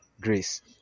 grace